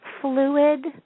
fluid